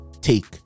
take